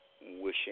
wishing